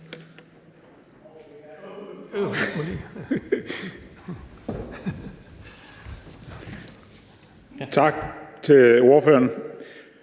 Tak til ordføreren